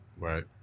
Right